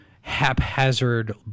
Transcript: haphazard